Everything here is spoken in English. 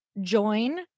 join